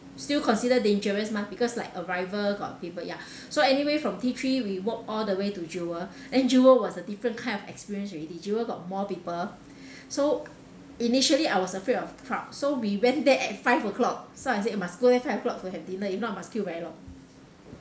still consider dangerous mah because like arrival got people ya so anyway from T three we walk all the way to jewel then jewel was a different kind of experience already jewel got more people so initially I was afraid of crowd so we went there at five o'clock so I said must go there five o'clock to have dinner if not must queue very long